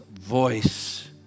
voice